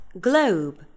Globe